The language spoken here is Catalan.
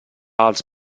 als